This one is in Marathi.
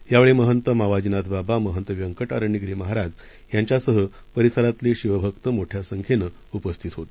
यावेळी महंत मावजीनाथ बाबा महंत व्यंकट अरण्यगिरी महाराज यांच्यासह परिसरातले शिवभक्त मोठया संख्येनं उपस्थित होते